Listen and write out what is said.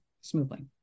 smoothly